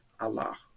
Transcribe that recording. Allah